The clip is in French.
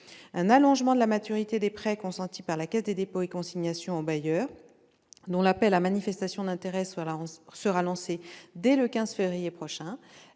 un allongement de la maturité des prêts consentis par la Caisse des dépôts et consignations aux bailleurs, dont l'appel à manifestation d'intérêt sera lancé dès le 15 février prochain